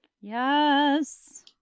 Yes